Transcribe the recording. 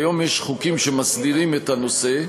כיום יש חוקים שמסדירים את הנושא.